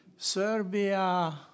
Serbia